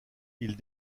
ils